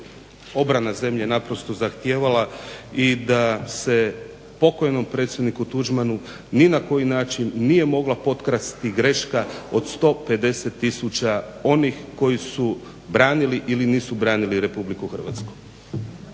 obrana zemlje naprosto zahtijevala i da se pokojnom predsjedniku Tuđmanu ni na koji način nije mogla potkrasti greška od 150 tisuća onih koji su branili ili nisu branili RH. **Leko,